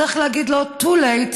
צריך להגיד לו: too late,